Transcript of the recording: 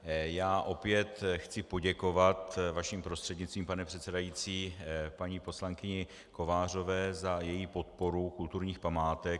Já opět chci poděkovat vaším prostřednictvím, pane předsedající, paní poslankyni Kovářové za její podporu kulturních památek.